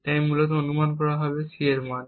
তাই এটি মূলত অনুমান করা হবে C এর মান